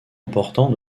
important